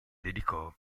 dedicò